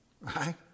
right